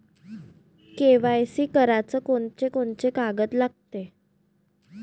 KYC कराच कोनचे कोनचे कागद लागते?